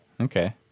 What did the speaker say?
Okay